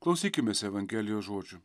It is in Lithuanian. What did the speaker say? klausykimės evangelijos žodžių